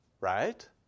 right